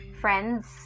friends